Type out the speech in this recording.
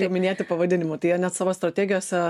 jau minėti pavadinimų tai jie net savo strategijose